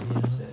ya